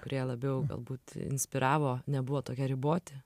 kurie labiau galbūt inspiravo nebuvo tokie riboti